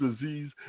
disease